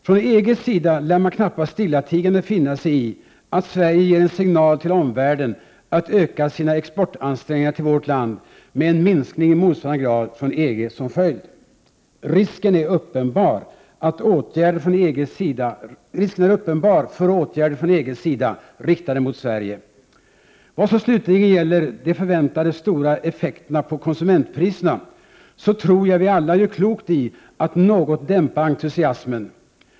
Från EG:s sida lär man knappast stillatigande finna sig i att Sverige ger en signal till omvärlden att öka sina exportansträngningar till vårt land med en minskning 79 i motsvarande grad från EG som följd. Risken är uppenbar för åtgärder från EG:s sida riktade mot Sverige. Vad slutligen gäller de förväntade stora effekterna på konsumentpriserna tror jag att vi alla gör klokt i att något dämpa entusiasmen.